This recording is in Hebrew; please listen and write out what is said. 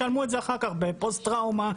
שלמו את זה אחר כך בפוסט טראומה,